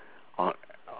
on